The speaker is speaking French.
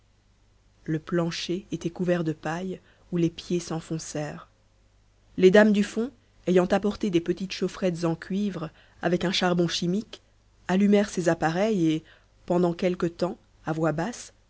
le plancher était couvert de paille où les pieds s'enfoncèrent les dames du fond ayant apporté des petites chaufferettes en cuivre avec un charbon chimique allumèrent ces appareils et pendant quelque temps à voix basse